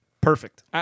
Perfect